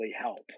help